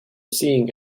seeing